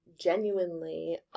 genuinely